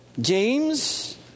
James